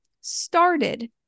started